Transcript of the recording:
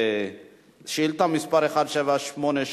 שאילתא מס' 1788,